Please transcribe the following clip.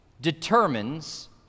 determines